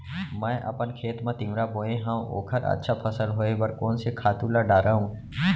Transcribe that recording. मैं अपन खेत मा तिंवरा बोये हव ओखर अच्छा फसल होये बर कोन से खातू ला डारव?